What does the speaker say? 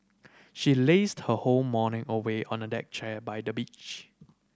she lazed her whole morning away on a deck chair by the beach